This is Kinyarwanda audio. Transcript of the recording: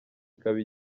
ikaba